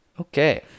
Okay